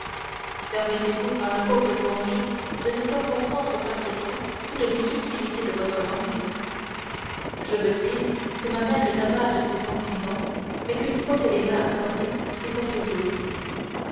permettez-vous à un pauvre étranger de ne point comprendre parfaitement toutes les subtilités de votre langue je veux dire que ma mère est avare de ses sentiments mais qu'une fois qu'elle les a accordés c'est pour toujours